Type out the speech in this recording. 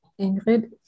Ingrid